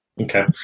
Okay